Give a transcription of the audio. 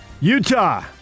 Utah